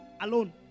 alone